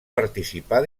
participar